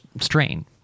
strain